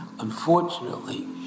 Unfortunately